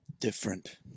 Different